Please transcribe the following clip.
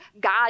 God